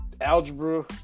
algebra